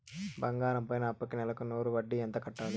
బంగారం పైన అప్పుకి నెలకు నూరు వడ్డీ ఎంత కట్టాలి?